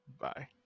Bye